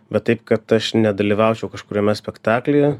bet taip kad aš nedalyvaučiau kažkuriame spektaklyje